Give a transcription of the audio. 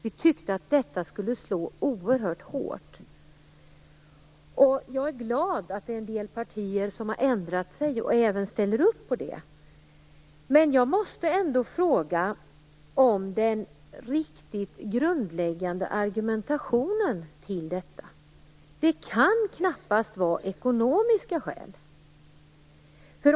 Vi tyckte att dessa skulle slå oerhört hårt. Jag är glad att en del partier har ändrat sig och ställer upp på detta nu. Jag måste ändå fråga om den riktigt grundläggande argumentationen till detta. Det kan knappast vara ekonomiska skäl.